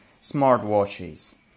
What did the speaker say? smartwatches